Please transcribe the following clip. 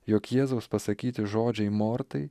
jog jėzaus pasakyti žodžiai mortai